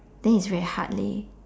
then is very hard leh